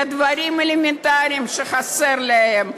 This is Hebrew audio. לדברים אלמנטריים שחסרים להם,